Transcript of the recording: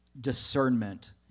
discernment